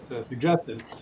suggested